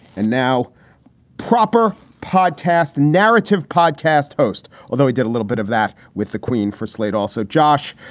and now proper podcast, narrative podcast host. although he did a little bit of that with the queen for slate also. josh,